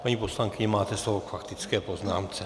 Paní poslankyně, máte slovo k faktické poznámce.